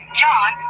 john